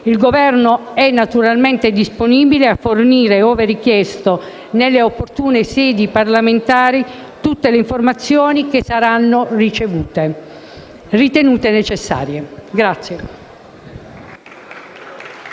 Il Governo è naturalmente disponibile a fornire, ove richiesto nelle opportune sedi parlamentari, tutte le informazioni che saranno ritenute necessarie.